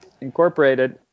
incorporated